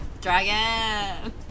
Dragon